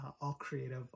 all-creative